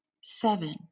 Seven